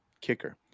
kicker